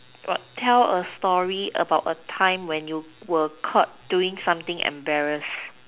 what tell a story about a time when you were caught doing something embarrass